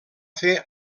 fer